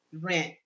rent